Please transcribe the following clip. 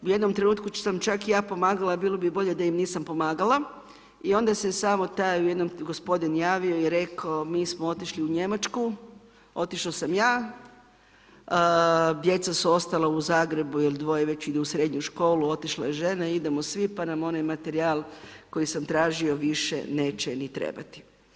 U jednom trenutku sam čak i ja pomagala, bilo bi bolje da im nisam pomagala, i onda se samo taj gospodin javio, mi smo otišli u Njemačku, otišao sam ja, djeca su ostala u Zagrebu jer dvoje već ide u srednju školu, otišla je žena, idemo svi pa nam onaj materijal koji sam tražio više neće ni trebati.